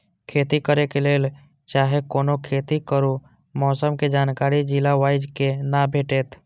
खेती करे के लेल चाहै कोनो खेती करू मौसम के जानकारी जिला वाईज के ना भेटेत?